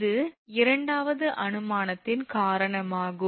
இது இரண்டாவது அனுமானத்தின் காரணமாகும்